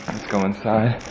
goin' inside,